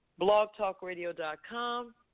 blogtalkradio.com